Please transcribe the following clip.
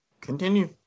continue